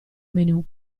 menù